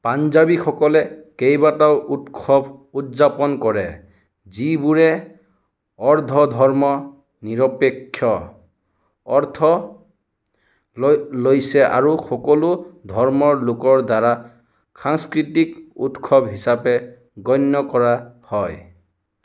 পাঞ্জাৱীসকলে কেইবাটাও উৎসৱ উদযাপন কৰে যিবোৰে অৰ্ধ ধৰ্ম নিৰপেক্ষ অৰ্থ লৈ লৈছে আৰু সকলো ধৰ্মৰ লোকৰ দ্বাৰা সাংস্কৃতিক উৎসৱ হিচাপে গণ্য কৰা হয়